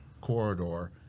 corridor